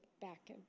back